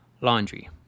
laundry